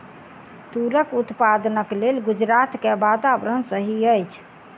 तूरक उत्पादनक लेल गुजरात के वातावरण सही अछि